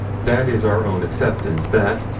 that is our own acceptance that,